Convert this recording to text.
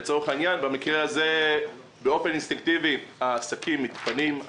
במקרים כאלה באופן אינסטינקטיבי העסקים מתפנים,